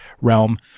realm